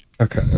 Okay